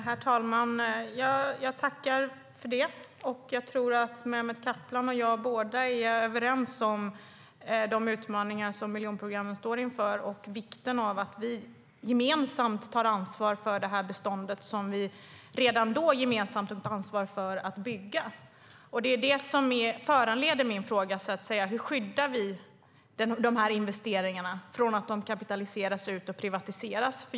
Herr talman! Jag tackar för det, och jag tror att Mehmet Kaplan och jag är överens om de utmaningar som miljonprogrammet står inför och vikten av att vi gemensamt tar ansvar för det bestånd som vi redan då gemensamt tog ett ansvar för att bygga. Det är det som föranleder min fråga: Hur skyddar vi dessa investeringar från att kapitaliseras ut och privatiseras?